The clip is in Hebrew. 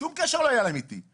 שום קשר לא היה להם איתי.